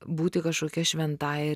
būti kažkokia šventąja